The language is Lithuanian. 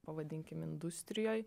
pavadinkim industrijoj